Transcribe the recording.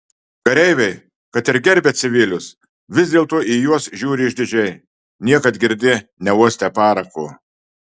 kareiviai kad ir gerbia civilius vis dėlto į juos žiūri išdidžiai niekad girdi neuostę parako